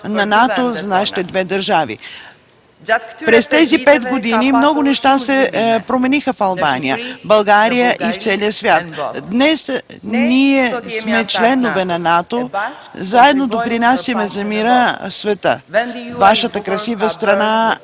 на НАТО за нашите две държави. През тези пет години много неща се промениха в Албания, България и в целия свят. Днес ние сме членове на НАТО, заедно допринасяме за мира по света. Вашата красива страна